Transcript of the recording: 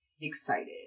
excited